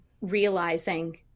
realizing